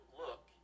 look